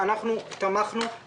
אנחנו תמכנו בחוק נאווי.